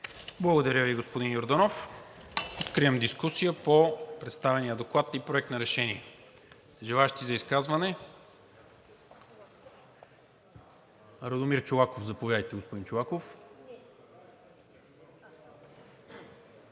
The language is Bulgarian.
Благодаря Ви, господин Йорданов. Откривам дискусия по представения доклад и Проект на решение. Желаещи за изказване? Радомир Чолаков. Заповядайте, господин Чолаков.